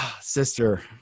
sister